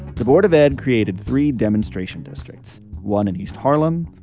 the board of ed created three demonstration districts one in east harlem,